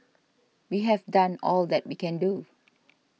we have done all that we can do